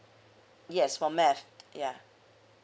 yes for math yeah